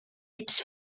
ets